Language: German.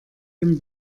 dem